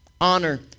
Honor